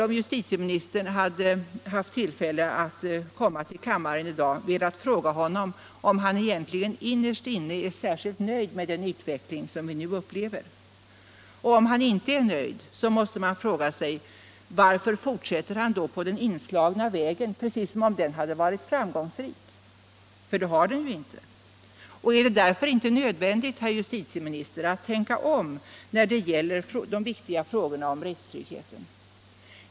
Om justitieministern hade haft tillfälle att komma till kammaren i dag skulle jag ha frågat honom om han innerst inne är särskilt nöjd med den utveckling som vi upplever. Och om han inte är nöjd måste man fråga: Varför fortsätter han då på den inslagna vägen som om den hade varit framgångsrik? Det har den ju inte varit. Är det därför inte nödvändigt att tänka om när det gäller de viktiga frågorna om rättstrygghet?